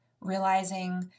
realizing